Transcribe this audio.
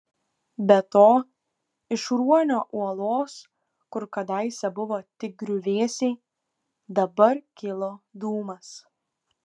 be to iš ruonio uolos kur kadaise buvo tik griuvėsiai dabar kilo dūmas